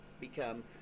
become